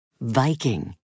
Viking